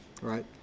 right